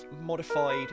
modified